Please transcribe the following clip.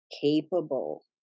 capable